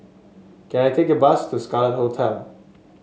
can I take a bus to Scarlet Hotel